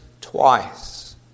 twice